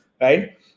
right